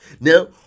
Now